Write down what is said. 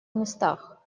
местах